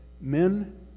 men